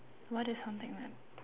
what is something like